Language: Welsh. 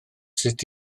sut